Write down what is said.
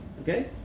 Okay